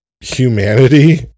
humanity